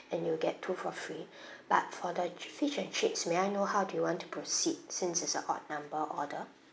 and you'll get two for free but for the fish and chips may I know how do you want to proceed since it's a odd number order